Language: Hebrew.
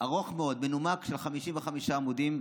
ארוך מאוד, מנומק, של 55 עמודים.